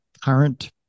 current